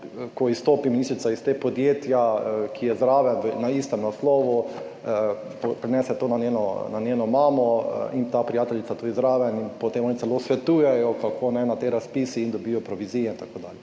ko izstopi ministrica iz tega podjetja, ki je zraven, na istem naslovu, prenese to na njeno mamo in ta prijateljica tudi zraven in potem oni celo svetujejo, kako naj na te razpise in dobijo provizije itd.